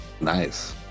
nice